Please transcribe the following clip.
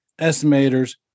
estimators